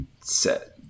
Set